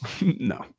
No